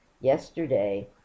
yesterday